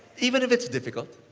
even if it's difficult?